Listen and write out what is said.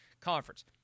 conference